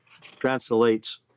translates